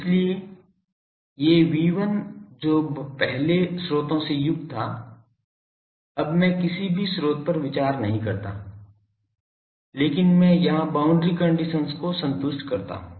इसलिए ये V1 जो पहले स्रोतों से युक्त था अब मैं किसी भी स्रोत पर विचार नहीं करता लेकिन मैं यहां बाउंड्री कंडीशंस को संतुष्ट करता हूं